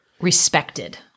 respected